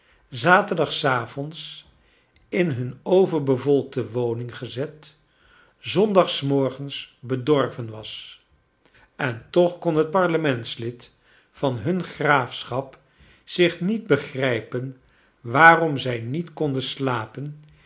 avonds in hun overbevolkte woning gezet zondag e morgens bedorven was en toch kon het parlementslid van hun graafschap zich niet begrijpen waarom zij niet konden slapen